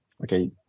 Okay